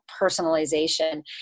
personalization